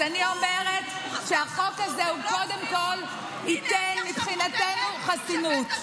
אז אני אומרת שהחוק הזה קודם כול ייתן מבחינתנו חסינות.